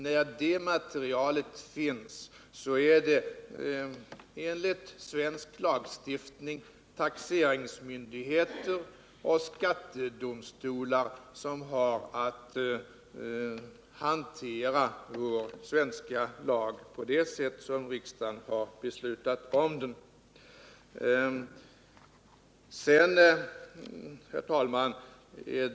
När det materialet föreligger är det enligt svensk lag taxeringsmyndigheter och skattedomstolar som skall hantera lagstiftningen på det sätt som riksdagen har beslutat. Herr talman!